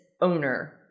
owner